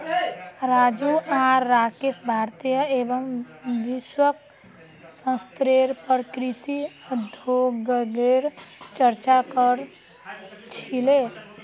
राजू आर राकेश भारतीय एवं वैश्विक स्तरेर पर कृषि उद्योगगेर चर्चा क र छीले